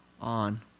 on